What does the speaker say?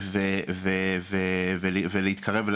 ולהתקרב,